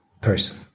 person